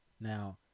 Now